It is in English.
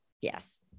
yes